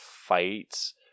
fights